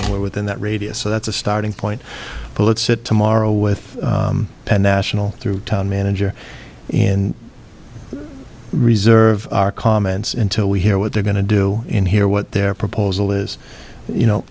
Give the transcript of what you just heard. and within that radius so that's a starting point bullets it tomorrow with a national through town manager in reserve comments until we hear what they're going to do in here what their proposal is you know